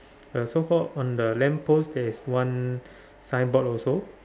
uh so called on the lamp post there's one signboard also